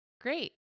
Great